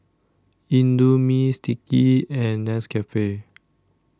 Indomie Sticky and Nescafe